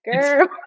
girl